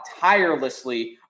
tirelessly